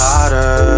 Hotter